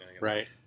Right